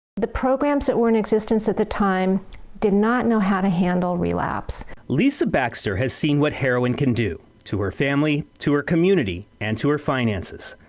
the programs that were in existence at the time did not know how to handle relapse. kevin lisa baxter has seen what heroin can do to her family, to her community, and to her finances.